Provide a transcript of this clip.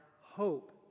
hope